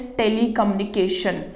telecommunication